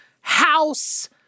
house